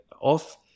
off